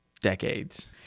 decades